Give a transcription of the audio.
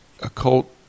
occult